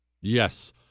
Yes